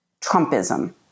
Trumpism